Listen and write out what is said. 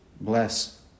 Bless